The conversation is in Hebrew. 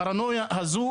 הפרנויה הזו,